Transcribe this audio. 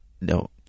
No